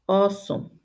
awesome